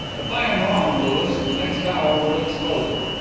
if i am wrong, louis, the next hour will expose it.